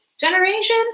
generation